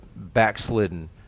backslidden